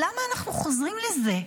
למה אנחנו חוזרים לזה,